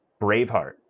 Braveheart